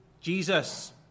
Jesus